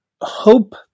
hope